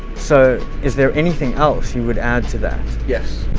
so is there anything else you would add to that? yes,